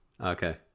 Okay